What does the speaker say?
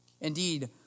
Indeed